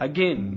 Again